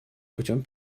путем